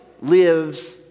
lives